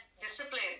discipline